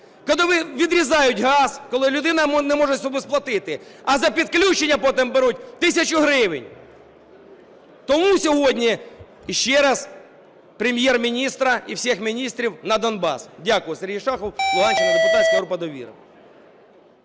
коли відрізають газ, коли людина не може собі сплатила. А за підключення потім беруть тисячу гривень. Тому сьогодні, і ще раз, Прем'єр-міністра і всіх міністрів – на Донбас. Дякую. Сергій Шахов, Луганщина, Депутатська група "Довіра".